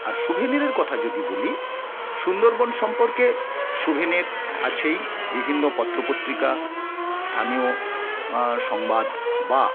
আর শুভেনিরের কথা যদি বলি সুন্দরবন সম্পর্কে শুভেনির আছেই বিভিন্ন পত্র পত্রিকা স্থানীয় সংবাদ বা